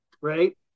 right